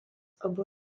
abu